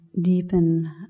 deepen